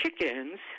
chickens